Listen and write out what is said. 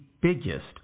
biggest